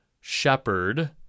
shepherd